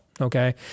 okay